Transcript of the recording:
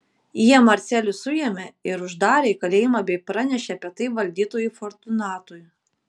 jie marcelių suėmė ir uždarė į kalėjimą bei pranešė apie tai valdytojui fortunatui